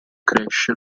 cresce